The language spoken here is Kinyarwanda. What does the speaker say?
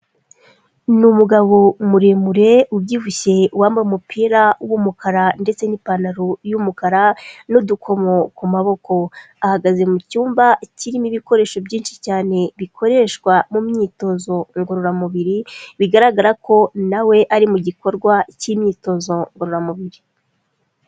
Ni umugabo muremure, ubyibushye wambaye umupira w'umukara ndetse n'ipantaro y'umukara n'udukomo ku maboko. Ahagaze mu cyumba kirimo ibikoresho byinshi cyane, bikoreshwa mu myitozo ngororamubiri, bigaragara ko na we ari mu gikorwa cy'imyitozo ngororamubiri.